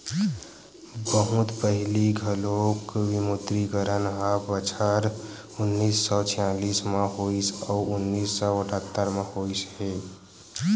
बहुत पहिली घलोक विमुद्रीकरन ह बछर उन्नीस सौ छियालिस म होइस अउ उन्नीस सौ अठत्तर म होइस हे